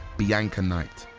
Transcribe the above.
bianca knight,